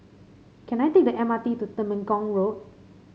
can I take the M R T to Temenggong Road